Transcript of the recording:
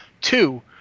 Two